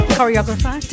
choreographer